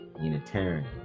Unitarian